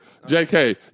JK